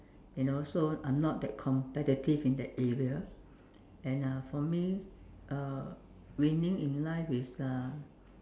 you know so I'm not that competitive in that area and uh for me uh winning in life is uh